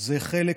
זה כבר חלק